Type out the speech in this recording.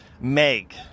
Meg